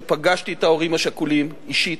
פגשתי את ההורים השכולים אישית,